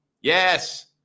yes